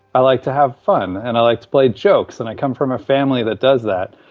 i like to have fun and i like to play jokes and i come from a family that does that.